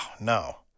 no